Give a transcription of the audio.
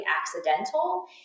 accidental